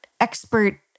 expert